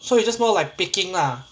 so it's just more like picking lah